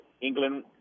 England